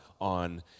On